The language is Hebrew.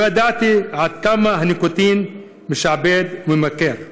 לא ידעתי עד כמה הניקוטין משעבד וממכר,